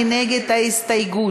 מי נגד ההסתייגות?